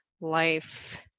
life